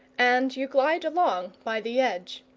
and you glide along by the edge.